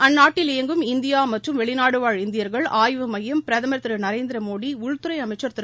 அந்நாட்டில் இயங்கும் இந்தியா மற்றும் வெளிநாடுவாழ் இந்தியர்கள் ஆய்வுமையம் பிரதமர் திரு நரேந்திரமோடி உள்துறை அமைச்சர் திரு